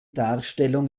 darstellung